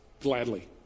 gladly